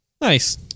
Nice